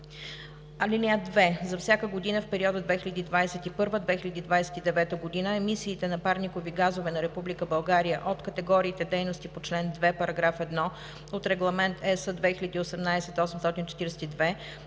(2) За всяка година в периода 2021 – 2029 г. емисиите на парникови газове на Република България от категориите дейности по чл. 2, параграф 1 от Регламент (ЕС) № 2018/842